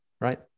right